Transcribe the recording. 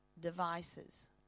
devices